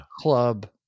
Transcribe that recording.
club